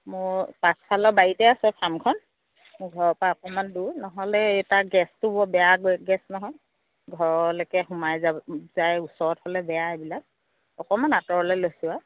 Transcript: মোৰ পাছফালৰ বাৰীতে আছে ফাৰ্মখন ঘৰৰ পৰা অকণমান দূৰ নহ'লে এই তাত গেছটো বৰ বেয়া গেছ নহয় ঘৰলৈকে সোমাই যায় ওচৰত হ'লে বেয়া এইবিলাক অকণমান আঁতৰলৈ লৈছোঁ আৰু